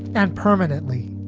and permanently.